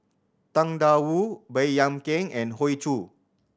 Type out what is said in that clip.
Tang Da Wu Baey Yam Keng and Hoey Choo